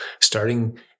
Starting